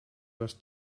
was